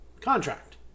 contract